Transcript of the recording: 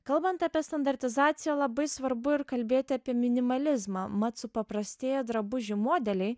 kalbant apie standartizaciją labai svarbu ir kalbėti apie minimalizmą mat supaprastėję drabužių modeliai